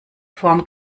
form